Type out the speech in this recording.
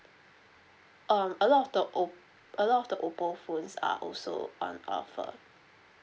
um a lot of the op~ a lot of the oppo phones are also on offer